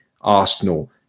Arsenal